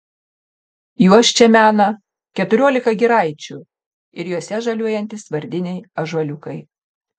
juos čia mena keturiolika giraičių ir jose žaliuojantys vardiniai ąžuoliukai